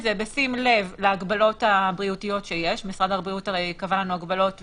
על זה כבר הגעתם לתיקונים עם הממשלה?